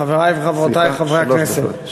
אדוני היושב-ראש, חברי וחברותי חברי הכנסת,